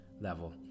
level